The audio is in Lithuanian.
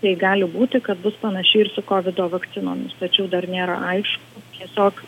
tai gali būti kad bus panašiai ir su kovido vakcinomis tačiau dar nėra aišku tiesiog